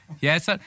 Yes